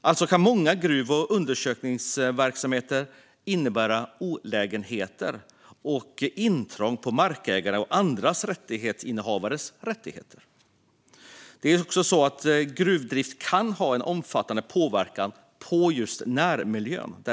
Alltså kan många gruv och undersökningsverksamheter innebära olägenheter och intrång i markägares rättigheter och för andra rättighetsinnehavare. Gruvdrift kan ha en omfattande påverkan på just närmiljön.